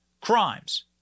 crimes